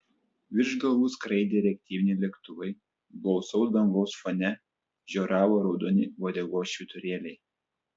virš galvų skraidė reaktyviniai lėktuvai blausaus dangaus fone žioravo raudoni uodegos švyturėliai